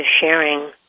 sharing